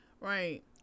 right